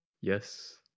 yes